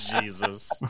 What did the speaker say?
Jesus